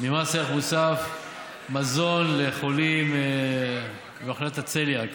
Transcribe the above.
ממס ערך מוסף מזון לחולים במחלקת הצליאק